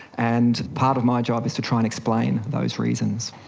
and part of my job is to try and explain those reasons.